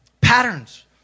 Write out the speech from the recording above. Patterns